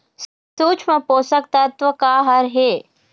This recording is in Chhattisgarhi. सूक्ष्म पोषक तत्व का हर हे?